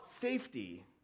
safety